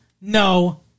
no